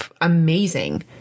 amazing